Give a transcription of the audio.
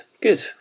good